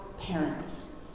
Parents